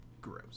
Gross